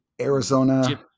Arizona